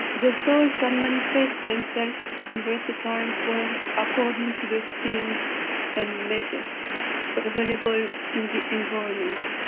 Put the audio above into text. the soul can manifest themselves, in versatile forms, according to the fields and matters but available in the environment.